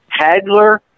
Hagler